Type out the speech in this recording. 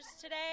today